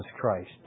Christ